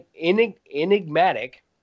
enigmatic